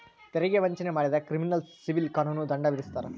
ತೆರಿಗೆ ವಂಚನೆ ಮಾಡಿದ್ರ ಕ್ರಿಮಿನಲ್ ಸಿವಿಲ್ ಕಾನೂನು ದಂಡ ವಿಧಿಸ್ತಾರ